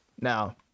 now